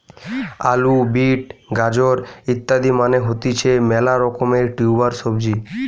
আলু, বিট, গাজর ইত্যাদি মানে হতিছে মেলা রকমের টিউবার সবজি